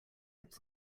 its